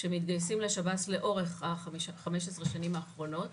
שמתגייסים לשב"ס לאורך 15 השנים האחרונות